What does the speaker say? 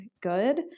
good